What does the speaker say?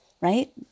right